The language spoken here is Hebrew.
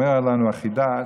אומר לנו הרב חיד"א,